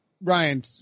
Ryan